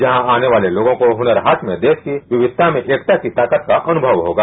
यहां आने वाले लोगों को हुनर हाट में देश की विविधता में एकता की ताकत का अनुभव होगा